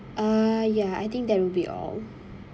uh I ya I think that will be all